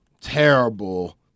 terrible